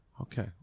Okay